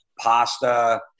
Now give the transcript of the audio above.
pasta